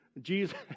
Jesus